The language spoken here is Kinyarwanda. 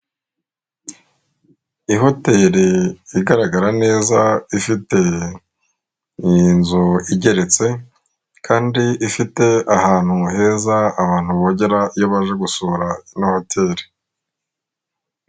Ihoteli igaragara neza, ifite iyi n' inzu igeretse, kandi ifite ahantu heza, abantu bogera iyo baje gusura na hoteri.